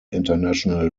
international